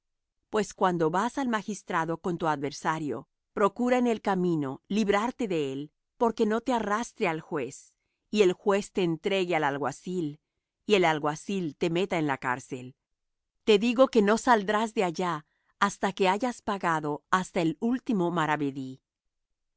pues cuando vas al magistrado con tu adversario procura en el camino librarte de él porque no te arrastre al juez y el juez te entregue al alguacil y el alguacil te meta en la cárcel te digo que no saldrás de allá hasta que hayas pagado hasta el último maravedí